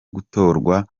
gutorwa